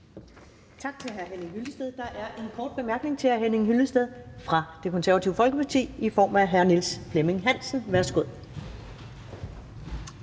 Tak til hr. Henning Hyllested. Der er en kort bemærkning til hr. Henning Hyllested fra Det Konservative Folkeparti fra hr. Niels Flemming Hansen. Værsgo.